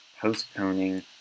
postponing